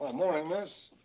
ah morning, miss.